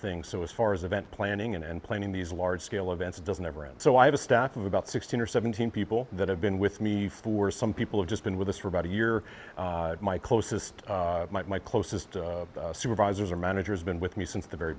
thing so as far as event planning and planning these large scale events doesn't ever end so i have a staff of about sixteen or seventeen people that have been with me for some people have just been with us for about a year my closest my closest supervisors and managers been with me since the very